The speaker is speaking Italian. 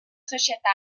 società